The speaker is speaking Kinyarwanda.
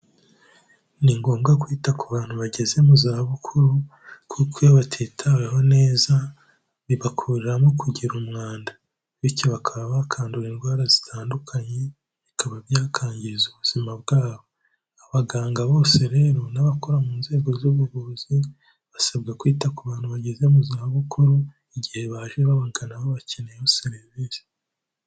Ni ngombwa kwita ku bantu bageze mu za bukuru kuko iyo batitaweho neza, bibakuriramo kugira umwanda bityo bakaba bakandura indwara zitandukanye, bikaba byakangiza ubuzima bwabo. Abaganga bose rero n'abakora mu nzego z'ubuvuzi, basabwe kwita ku bantu bageze mu za bukuru, igihe baje babagana babakeneyeho serivisi.